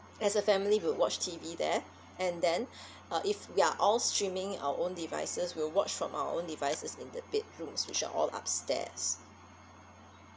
as a family we'll watch T_V there and then uh if we are all streaming our own devices we'll watch from our own devices in the bedrooms which are all upstairs